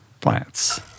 plants